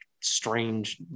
strange